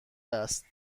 است